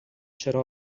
چرا